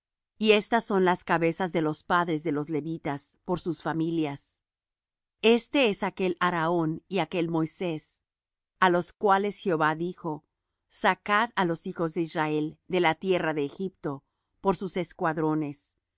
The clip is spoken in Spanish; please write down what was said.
y estas son las cabezas de los padres de los levitas por sus familias este es aquel aarón y aquel moisés á los cuales jehová dijo sacad á los hijos de israel de la tierra de egipto por sus escuadrones